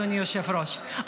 אדוני היושב-ראש,